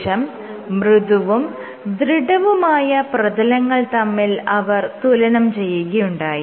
ശേഷം മൃദുവും ദൃഢവുമായ പ്രതലങ്ങൾ തമ്മിൽ അവർ തുലനം ചെയ്യുകയുണ്ടായി